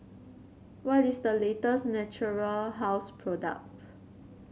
what is the latest Natura House product